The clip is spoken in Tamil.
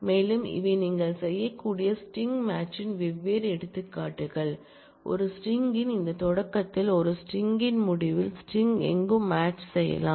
மேலும் இவை நீங்கள் செய்யக்கூடிய ஸ்ட்ரிங் மேட்சின் வெவ்வேறு எடுத்துக்காட்டுகள் ஒரு ஸ்ட்ரிங் ன் இந்த தொடக்கத்தில் ஒரு ஸ்ட்ரிங் ன் முடிவில் ஸ்ட்ரிங் எங்கும் மேட்ச் செய்யலாம்